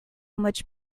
much